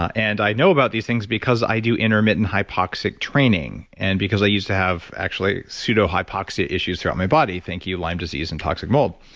ah and i know about these things because i do intermittent hypoxic training and because i used to have actually pseudo-hypoxia issues throughout my body, thank you lyme disease and toxic mold.